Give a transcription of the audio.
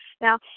now